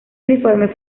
uniforme